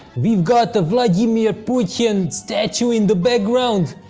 we've got the vladimir putin statue in the background!